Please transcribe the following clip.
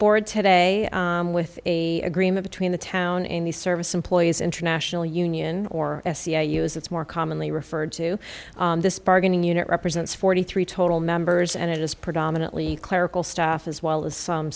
board today with a agreement between the town and the service employees international union or s c i use it's more commonly referred to this bargaining unit represents forty three total members and it is predominantly clerical staff as well as some